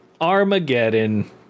armageddon